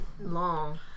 long